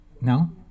no